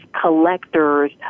collectors